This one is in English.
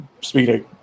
speaking